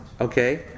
okay